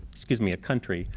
excuse me, a country.